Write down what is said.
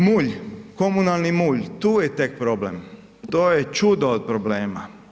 Mulj, komunalni mulj tu je tek problem, to je čudo od problema.